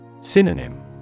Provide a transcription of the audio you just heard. Synonym